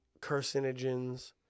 carcinogens